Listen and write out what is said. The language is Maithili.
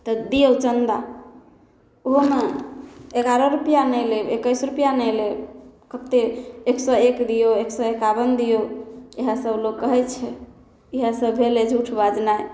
तऽ दिऔ चन्दा ओहो नहि एगारह रुपैआ नहि लेब एकैस रुपैआ नहि लेब कतेक एक सओ एक दिऔ एक सओ एकावन दिऔ इएहसब लोक कहै छै इएहसब भेलै झूठ बाजनाइ